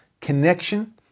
connection